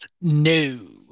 No